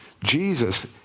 Jesus